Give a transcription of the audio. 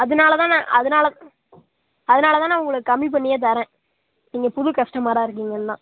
அதனால தான் நான் அதனால தான் அதனால தான் நான் உங்களுக்கு கம்மி பண்ணியே தரேன் நீங்கள் புது கஸ்டமராக இருக்கீங்கன்னு தான்